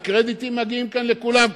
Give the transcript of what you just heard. וקרדיטים מגיעים כאן לכולם,